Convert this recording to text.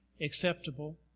acceptable